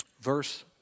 Verse